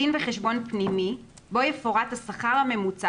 דין וחשבון פנימי בו יפורט השכר הממוצע